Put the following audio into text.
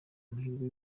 amahirwe